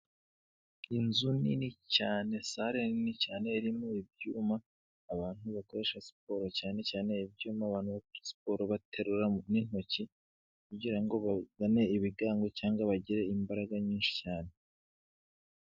Inzu nini cyane, sare nini cyane irimo ibyuma abantu bakoresha siporo, cyane cyane ibyuma abantu bakoresha siporo baterura n'intoki kugira ngo babone ibigango, cyangwa bagire imbaraga nyinshi cyane.